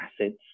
acids